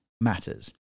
matters